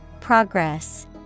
Progress